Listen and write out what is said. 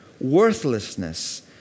worthlessness